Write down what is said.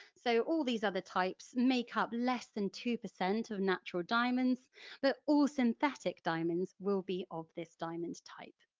so all these other types make up less than two percent of natural diamonds but all synthetic diamonds will be of this diamond type.